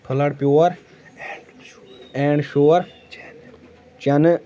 پھٕلڈا پیٛور اینٛڈ شور چینہٕ